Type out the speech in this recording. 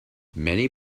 many